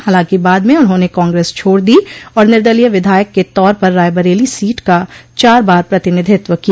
हालांकि बाद में उन्होंने कांग्रेस छोड़ दी और निर्दलीय विधायक के तौर पर रायबरेली सीट का चार बार प्रतिनिधित्व किया